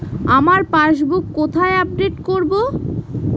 আমার পাসবুক কোথায় আপডেট করব?